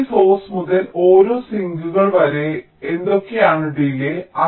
ഈ സോഴ്സ് മുതൽ ഓരോ സിങ്കുകൾ വരെ എന്തൊക്കെയാണ് ഡിലേയ്യ്